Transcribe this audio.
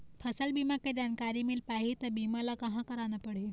फसल बीमा के जानकारी मिल पाही ता बीमा ला कहां करना पढ़ी?